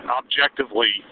objectively